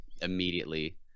immediately